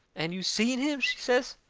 and you seen him? she says.